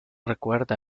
recuerda